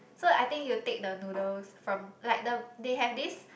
so I think you take the noodles from like the they have this